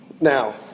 now